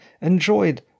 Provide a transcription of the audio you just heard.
enjoyed